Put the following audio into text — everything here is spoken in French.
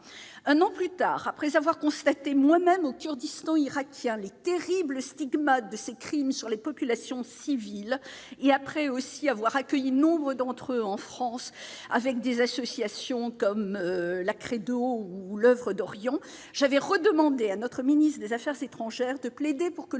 un an plus tard, après avoir constaté moi-même au Kurdistan irakien, les terribles stigmates de ces crimes sur les populations civiles et après aussi avoir accueilli nombre d'entre eux en France avec des associations comme la credo ou l'Oeuvre d'Orient, j'avais redemander à notre ministre des Affaires étrangères de plaider pour que le